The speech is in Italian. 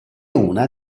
una